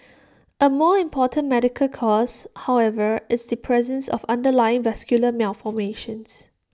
A more important medical cause however is the presence of underlying vascular malformations